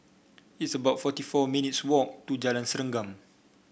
it's about forty four minutes' walk to Jalan Serengam